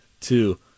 two